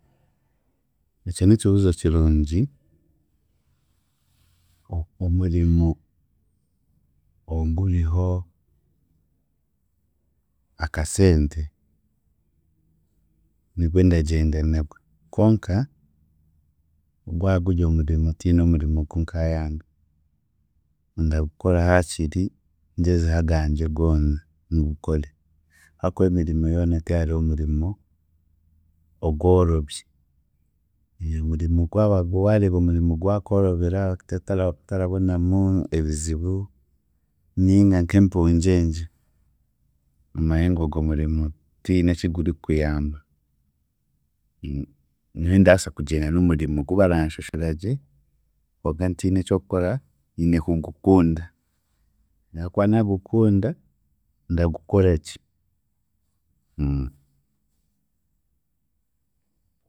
Ekyo n'ekibuuzo kirungi, omurimo oguriho akasente nigwe ndagyenda nagwe konka, gwaguryo omurimo tihiine omurimo gunkayanga, ndagukora haakiri ngyezeho agangye goona ngukore haakuba emirimo yoona tihariho omurimo ogworobi, omurimo gwaba waareeba omurimo gwakworobera otara otarabonamu ebizibu ninga nk'empungyengye, omanye ngu ogwo murimo tihiine eki gurikukuyamba, nyowe ndaasa kugyenda n'omurimo ogu baranshashuragye konka ntiine eky'okukora nyine kugukunda ahaakuba naagukunda, ndagukoragye